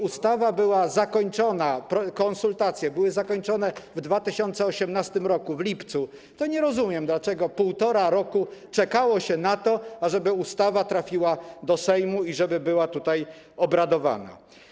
Ustawa była zakończona, konsultacje były zakończone w lipcu 2018 r. i nie rozumiem, dlaczego półtora roku czekało się na to, ażeby ustawa trafiła do Sejmu i żeby nad nią tutaj obradowano.